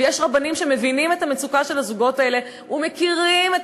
ויש רבנים שמבינים את המצוקה של הזוגות האלה ומכירים את